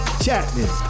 Chapman